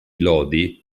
lodi